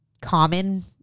common